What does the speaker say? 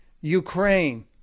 Ukraine